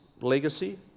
legacy